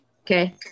Okay